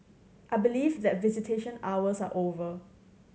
I believe that visitation hours are over